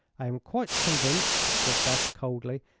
i am quite convinced, said beth, coldly,